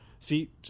see